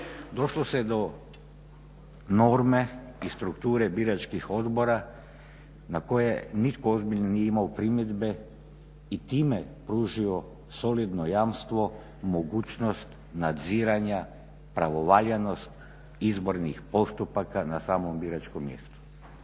došlo se do norme i strukture biračkih odbora na koje nitko ozbiljne nije imao primjedbe i time pružio solidno jamstvo i mogućnost nadziranja pravovaljanost izbornih postupaka na samom biračkom mjestu.